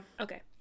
Okay